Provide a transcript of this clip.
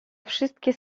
wszystkie